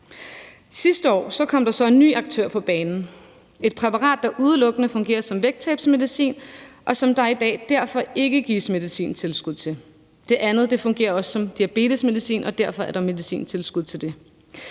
Sidste år kom der så en ny aktør på banen, og det var et præparat, der udelukkende fungerer som vægttabsmedicin, og som der i dag derfor ikke gives medicintilskud til. Det andet præparat fungerer også som diabetesmedicin , og derfor er der medicintilskud til det.